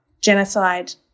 genocide